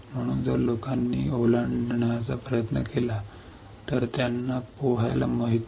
म्हणून जर लोकांनी ओलांडण्याचा प्रयत्न केला तर त्यांना पोहायला माहित नाही